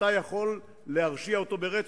אתה יכול להרשיע אותו ברצח.